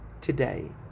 today